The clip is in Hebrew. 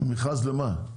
מכרז למה?